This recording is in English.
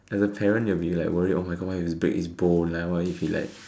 as a parent you will be like worried oh my god what if he break his bone like what if he like